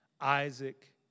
Isaac